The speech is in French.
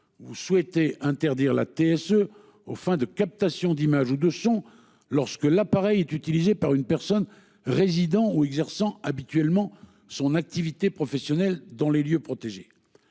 279 visent à interdire les TSE aux fins de captation d'images ou de son lorsque l'appareil est utilisé par une personne résidant ou exerçant habituellement son activité professionnelle dans les lieux protégés.